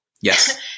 Yes